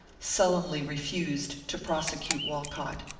sullenly refused to prosecute walcott.